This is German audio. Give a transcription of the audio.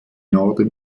norden